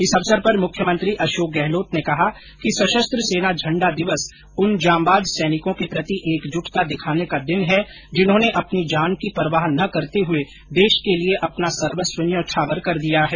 इस अवसर पर मुख्यमंत्री अशोक गहलोत ने कहा है कि सशस्त्र सेना झण्डा दिवस उन जांबाज सैनिकों के प्रति एकजुटता दिखाने का दिन है जिन्होंने अपनी जान की परवाह न करते हुए देश के लिए अपना सर्वस्व न्योछावर कर दिया है